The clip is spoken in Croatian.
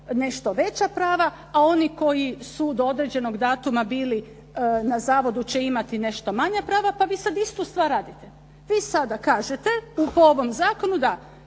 nešto veća prava, a oni koji su do određenog datuma bili na zavodu će imati manja prava, pa vi sada istu stvar radite. Vi sada kažete da po ovom zakonu da